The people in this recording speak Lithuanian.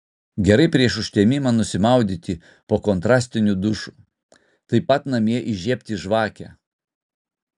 gerai prieš užtemimą nusimaudyti po kontrastiniu dušu taip pat namie įžiebti žvakę